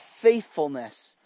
faithfulness